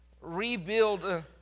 rebuild